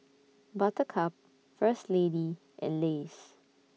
Buttercup First Lady and Lays